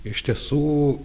iš tiesų